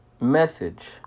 message